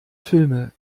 filme